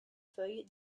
feuilles